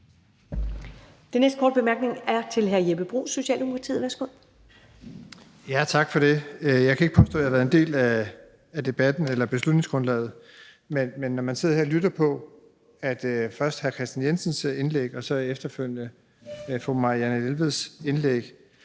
Den næste korte bemærkning er til hr. Jeppe Bruus, Socialdemokratiet. Værsgo. Kl. 15:24 Jeppe Bruus (S): Tak for det. Jeg kan ikke påstå, at jeg har været en del af kredsen omkring beslutningsgrundlaget. Men når man sidder her og lytter til først hr. Kristian Jensens indlæg og så efterfølgende fru Marianne Jelveds indlæg